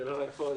(היו"ר רם שפע,